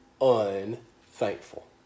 unthankful